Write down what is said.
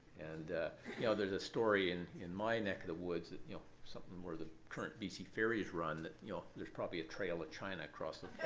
and yeah there's a story and in my neck of the woods that you know something where the current bc ferries run that you know there's probably a trail of china across the